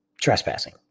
trespassing